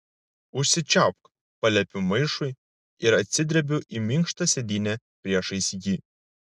užsičiaupk paliepiu maišui ir atsidrebiu į minkštą sėdynę priešais jį